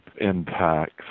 impacts